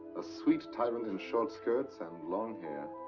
a sweet tyrant in short skirts and long hair.